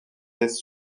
les